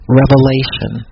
revelation